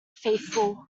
faithful